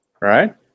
right